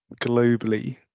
globally